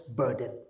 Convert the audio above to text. burden